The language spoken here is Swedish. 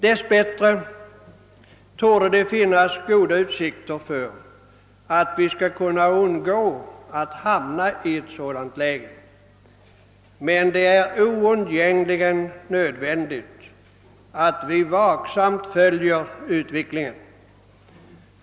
Dess bättre torde det finnas goda utsikter för att vi skall undgå att hamna i ett sådant läge. Men det är absolut nödvändigt att vi vaksamt följer utvecklingen.